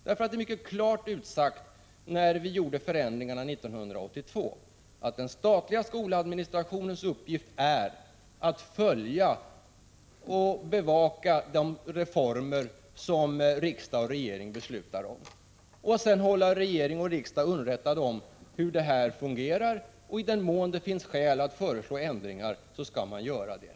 När vi genomförde förändringarna 1982 uttalades mycket klart att den statliga skoladministrationens uppgift är att följa upp och bevaka hur de reformer som riksdag och regering beslutat om fungerar och hålla regering och riksdag underrättade. I den mån det finns skäl att föreslå ändringar skall man göra det.